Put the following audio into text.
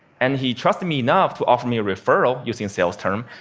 and he trusted me enough to offer me a referral, using a sales term.